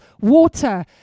water